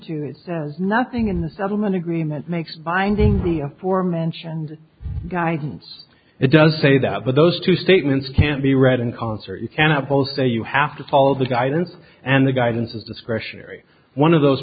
to that says nothing in the settlement agreement makes binding the aforementioned guidance it doesn't say that but those two statements can be read in concert you cannot both say you have to follow the guidance and the guidance is discretionary one of those